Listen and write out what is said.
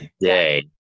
today